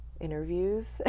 interviews